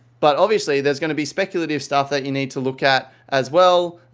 but, obviously, there's going to be speculative stuff that you need to look at as well.